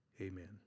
amen